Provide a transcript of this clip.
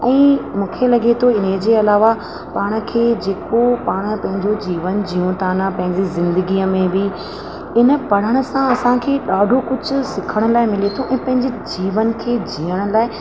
ऐं मूंखे लॻे थो इन जे अलावा पाण खे जेको पाण पंहिंजे जीवन जूं तव्हां ना पंहिंजी ज़िंदगीअ में बि इन पढ़ण सां असांखे ॾाढो कुझु सिखण लाइ मिले थो ऐं पंहिंजे जीवन खे जीअण लाइ